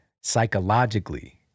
psychologically